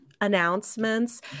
announcements